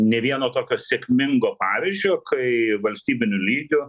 nė vieno tokio sėkmingo pavyzdžio kai valstybiniu lygiu